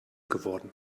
geworden